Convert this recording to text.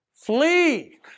Flee